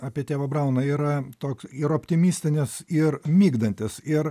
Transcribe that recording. apie tėvą brauną yra toks ir optimistinis ir migdantis ir